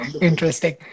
Interesting